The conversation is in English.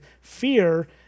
fear